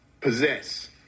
possess